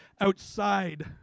outside